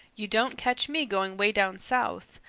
you don't catch me going way down south.